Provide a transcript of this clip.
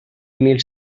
mil